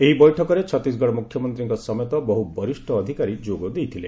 ଏହି ବୈଠକରେ ଛତିଶଗଡ ମୁଖ୍ୟମନ୍ତ୍ରୀଙ୍କ ସମେତ ବହୁ ବରିଷ୍ଣ ଅଧିକାରୀ ଯୋଗଦେଇଥିଲେ